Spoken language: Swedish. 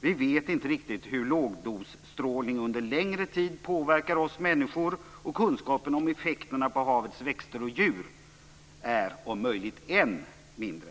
Vi vet inte riktigt hur lågdosstrålning under längre tid påverkar oss människor, och kunskaperna om effekterna på havets växter och djur är om möjligt ännu mindre.